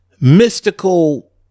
mystical